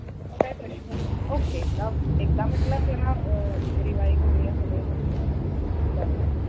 म्हणजे मग काही प्रश्न नाही ओके एकदा एकदा म्हटलं त्यांना रिवाई करूया सगळं म्हणून मी विचारलं